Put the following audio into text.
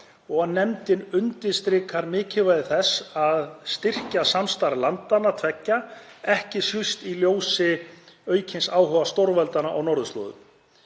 Nefndin undirstrikar mikilvægi þess að styrkja samstarf landanna tveggja, ekki síst í ljósi aukins áhuga stórveldanna á norðurslóðum.